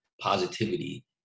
positivity